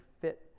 fit